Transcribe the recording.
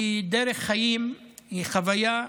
היא דרך חיים, היא חוויה,